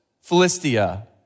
Philistia